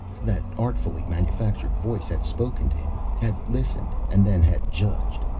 that artfully manufactured voice had spoken to him, had listened, and then had judged.